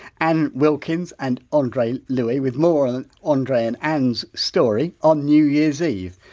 anne wilkins and andre louise with more on andre and anne's story on new year's eve.